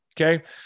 Okay